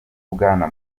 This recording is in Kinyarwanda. bwana